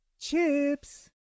Chips